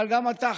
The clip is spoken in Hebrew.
אבל גם אתה,